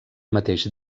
mateix